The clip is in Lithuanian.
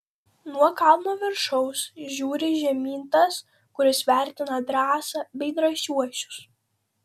nuo kalno viršaus žiūri žemyn tas kuris vertina drąsą bei drąsiuosius